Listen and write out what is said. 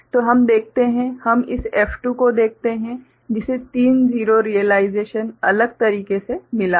तो हम देखते हैं हम इस F2 को देखते हैं जिसे तीन 0s रियलाइजेशन अलग तरीके से मिला है